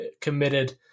committed